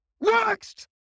Next